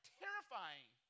terrifying